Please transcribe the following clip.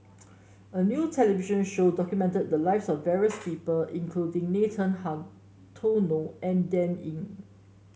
a new television show documented the lives of various people including Nathan Hartono and Dan Ying